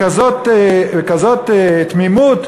בכזאת תמימות,